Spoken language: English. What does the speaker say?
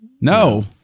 No